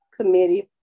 committee